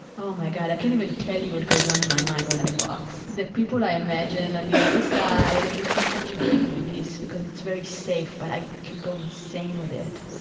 oh, my god, i can't even tell you what goes on in my mind when i box, the people i imagine on the other side, and it's such a great release because it's very safe, but i can go insane with it.